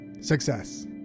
success